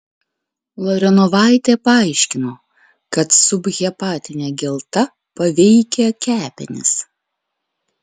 larionovaitė paaiškino kad subhepatinė gelta paveikia kepenis